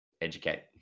Educate